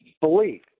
belief